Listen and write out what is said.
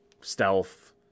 stealth